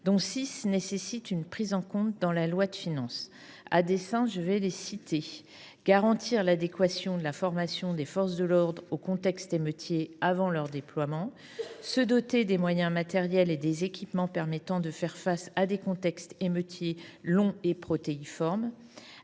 elles nécessitant une prise en compte dans le projet de loi de finances : garantir l’adéquation de la formation des forces de l’ordre aux contextes émeutiers avant leur déploiement ; se doter des moyens matériels et des équipements permettant de faire face à des contextes émeutiers longs et protéiformes